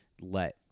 let –